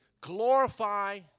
glorify